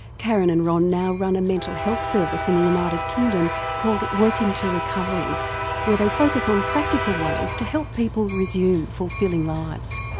karen and ron now run a mental health service in the united kingdom called working to recovery where they focus on practical ways to help people resume fulfilling lives.